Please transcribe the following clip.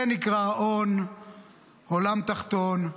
זה נקרא הון עולם תחתון,